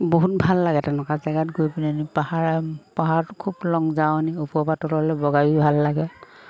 বহুত ভাল লাগে তেনেকুৱা জেগাত গৈ পেলাইনি পাহাৰ পাহাৰত খুব লং জাৰ্ণি ওপৰৰপৰা তললৈ বগায়ো ভাল লাগে